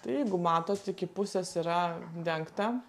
tai jeigu matot iki pusės yra dengta